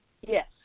Yes